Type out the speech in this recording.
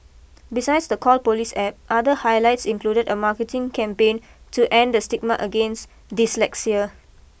besides the Call Police App other highlights included a marketing campaign to end the stigma against dyslexia